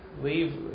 leave